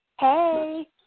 Hey